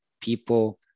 people